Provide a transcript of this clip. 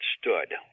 stood